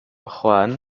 roanne